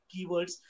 keywords